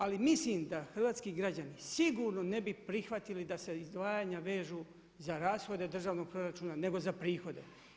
Ali mislim da hrvatski građani sigurno ne bi prihvatili da se izdvajanja vežu za rashode državnog proračuna nego za prihode.